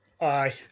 Aye